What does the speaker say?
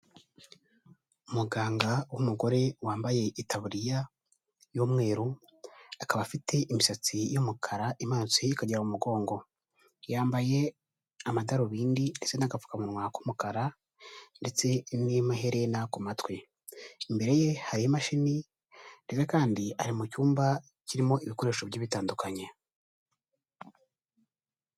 Umuganga w'umugore wambaye itaburiya y'umweru, akaba afite imisatsi y'umukara imanutse ikagera mu mugongo, yambaye amadarubindi ndetse n'agapfukamunwa k'umukara ndetse n'amaherena ku matwi, imbere ye hari imashini, ndetse kandi ari mu cyumba cyirimo ibikoresho bigiye bitandukanye.